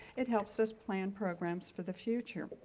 it helps us plan programs for the future.